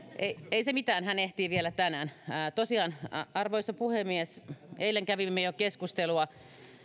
ei se mitään hän ehtii vielä tänään tosiaan arvoisa puhemies jo eilen kävimme keskustelua